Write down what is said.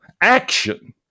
action